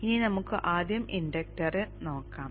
ഇനി നമുക്ക് ആദ്യം ഇൻഡക്റ്റർ നോക്കാം